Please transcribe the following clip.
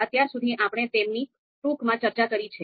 અત્યાર સુધી આપણે તેમની ટૂંકમાં ચર્ચા કરી છે